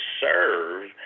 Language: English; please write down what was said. serve